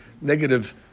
negative